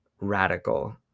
radical